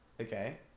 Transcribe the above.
Okay